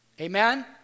Amen